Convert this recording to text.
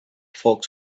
folks